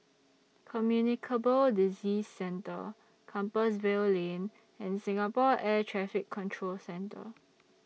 Communicable Disease Centre Compassvale Lane and Singapore Air Traffic Control Centre